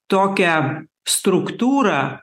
tokią struktūrą